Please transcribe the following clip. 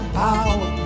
power